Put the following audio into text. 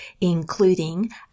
including